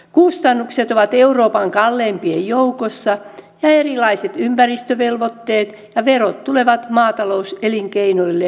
kustannukset ovat euroopan kalleimpien joukossa ja erilaiset ympäristövelvoitteet ja verot tulevat maatalouselinkeinoille kalliiksi